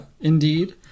indeed